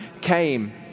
came